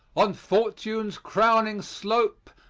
on fortune's crowning slope,